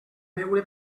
veure